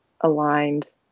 aligned